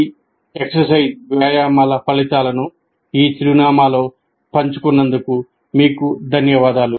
ఈ వ్యాయామాల ఫలితాలను ఈ చిరునామాలో పంచుకున్నందుకు మీకు ధన్యవాదాలు